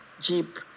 jeep